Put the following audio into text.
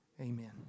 Amen